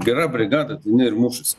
gera brigada tai jinai ir mušasi